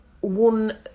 one